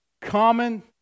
Common